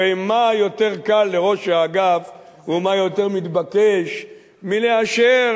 הרי מה יותר קל לראש האגף ומה יותר מתבקש מלאשר